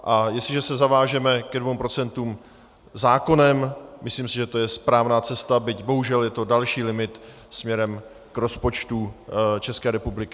A jestliže se zavážeme ke dvěma procentům zákonem, myslím si, že to je správná cesty, byť bohužel je to další limit směrem k rozpočtu České republiky.